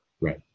right